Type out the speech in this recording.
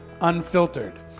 unfiltered